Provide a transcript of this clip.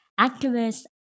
activists